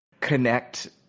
connect